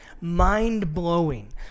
mind-blowing